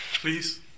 Please